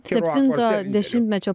septinto dešimtmečio